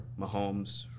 Mahomes